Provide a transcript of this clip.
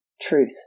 truth